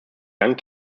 young